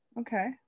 okay